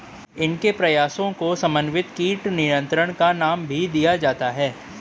इनके प्रयासों को समन्वित कीट नियंत्रण का नाम भी दिया जाता है